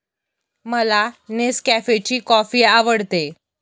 मला नेसकॅफेची कॉफी आवडते